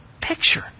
picture